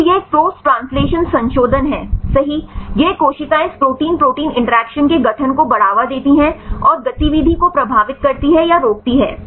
तो यह एक पोस्ट ट्रांसलेशनल संशोधन है सही यह कोशिकाएं इस प्रोटीन प्रोटीन इंटरैक्शन के गठन को बढ़ावा देती हैं और गतिविधि को प्रभावित करती हैं या रोकती हैं